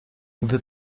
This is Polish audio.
gdy